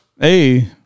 Hey